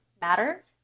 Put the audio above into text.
matters